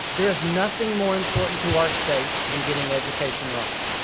there is nothing more important to our state than getting education right.